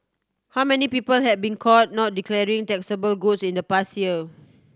how many people have been caught not declaring taxable goods in the past year